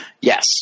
Yes